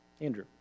Andrew